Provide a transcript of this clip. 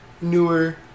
newer